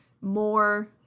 more